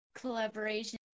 collaboration